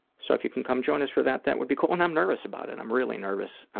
so if you can come join us for that that would be cool. and i'm nervous about it. i'm really nervous.